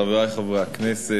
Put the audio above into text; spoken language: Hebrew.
חברי חברי הכנסת,